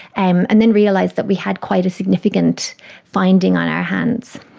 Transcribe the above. and and then realised that we had quite a significant finding on our hands.